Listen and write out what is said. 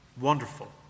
Wonderful